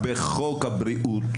בחוק הבריאות,